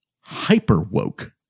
hyper-woke